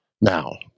Now